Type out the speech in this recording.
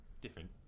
Different